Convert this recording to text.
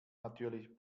natürlich